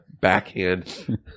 Backhand